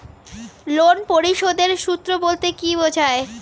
Loan পরিশোধের সূএ বলতে কি বোঝায়?